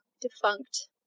defunct